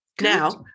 now